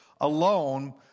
alone